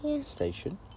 Station